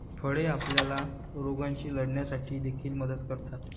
फळे आपल्याला रोगांशी लढण्यासाठी देखील मदत करतात